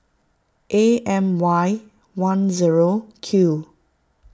A M Y one zero Q